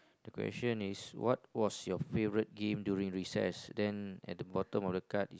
question is what was your favourite game during recess then at the bottom of the guard